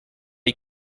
les